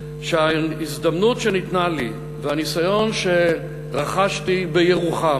שההזדמנות שניתנה לי והניסיון שרכשתי בירוחם,